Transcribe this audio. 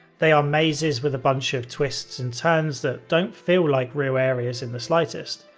they are mazes with a bunch of twists and turns that don't feel like real areas in the slightest.